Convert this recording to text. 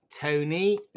Tony